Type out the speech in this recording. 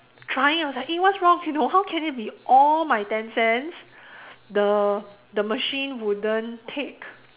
trying I was like eh what's wrong you know how can it be all my ten cents the the machine wouldn't take